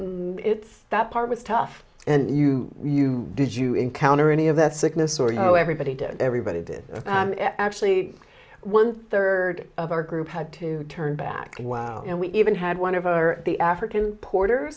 if it's that part was tough and you you did you encounter any of that sickness or you know everybody did everybody did actually one third of our group had to turn back while we even had one of our the african porter